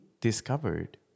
discovered